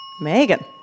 Megan